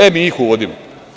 E, mi ih uvodimo.